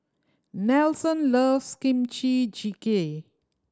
Nelson loves Kimchi Jjigae